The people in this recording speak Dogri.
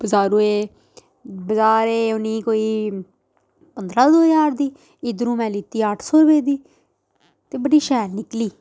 बजारु एह् बजारें एह् होनी कोई पंदरां दो हज़ार दी इद्धरूं मै लैती अठ्ठ सौ रपेऽ दी ते बड़ी शैल निकली